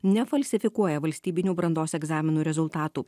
nefalsifikuoja valstybinių brandos egzaminų rezultatų